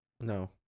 No